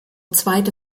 zweite